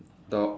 the